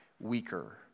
weaker